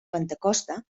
pentecosta